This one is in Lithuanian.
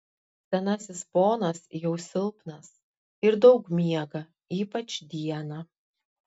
senasis ponas jau silpnas ir daug miega ypač dieną